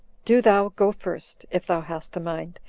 do thou go first, if thou hast a mind,